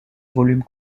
volume